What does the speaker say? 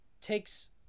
takes